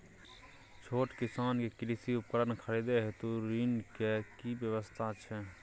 छोट किसान के कृषि उपकरण खरीदय हेतु ऋण के की व्यवस्था छै?